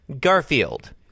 Garfield